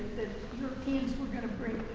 europeans were going to bring